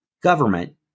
government